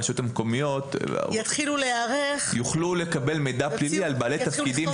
הרשויות המקומיות יוכלו לקבל מידע פלילי על בעלי תפקידים